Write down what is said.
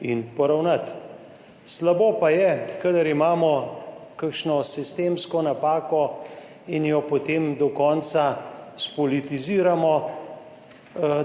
in poravnati. Slabo pa je, kadar imamo kakšno sistemsko napako in jo potem do konca spolitiziramo,